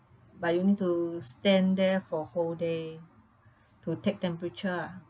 but you need to stand there for whole day to take temperature ah